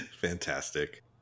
Fantastic